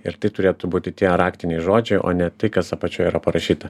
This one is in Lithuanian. ir tai turėtų būti tie raktiniai žodžiai o ne tai kas apačioje yra parašyta